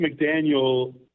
McDaniel